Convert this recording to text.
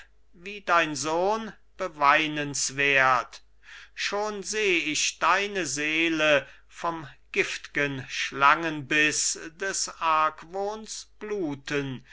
wie dein sohn beweinenswert schon seh ich deine seele vom giftgen schlangenbiß des argwohns bluten